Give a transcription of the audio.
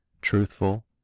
truthful